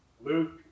Luke